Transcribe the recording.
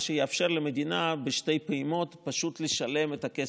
מה שיאפשר למדינה בשתי פעימות פשוט לשלם את הכסף.